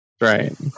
right